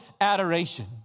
adoration